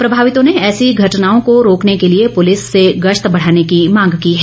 प्रभावितों ने ऐसी घटनाओं को रोकने के लिए पुलिस से गश्त बढ़ाने की मांग की है